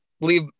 leave